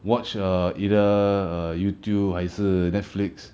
watch err either err Youtube 还是 Netflix